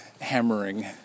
hammering